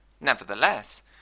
Nevertheless